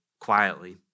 quietly